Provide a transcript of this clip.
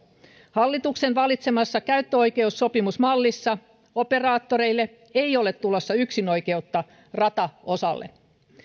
hallituksen valitsemassa käyttöoikeussopimusmallissa operaattoreille ei ole tulossa yksinoikeutta rataosalle